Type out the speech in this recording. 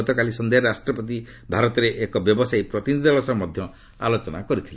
ଗତକାଲି ସନ୍ଧ୍ୟାରେ ରାଷ୍ଟ୍ରପତି ଭାରତରେ ଏକ ବ୍ୟବସାୟୀ ପ୍ରତିନିଧି ଦଳ ସହ ଆଲୋଚନା କରିଥିଲେ